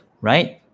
right